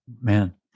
man